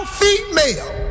female